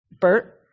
Bert